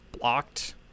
blocked